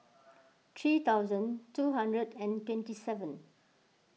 three thousand two hundred and twenty seven